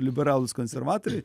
liberalūs konservatoriai